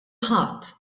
ħadd